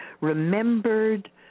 remembered